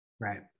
Right